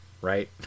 right